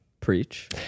preach